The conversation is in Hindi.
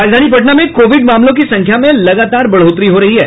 राजधानी पटना में कोविड मामलों की संख्या में लगातार बढ़ोतरी हो रही है